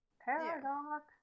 paradox